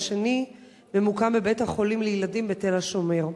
והשני ממוקם בבית-החולים לילדים בתל-השומר.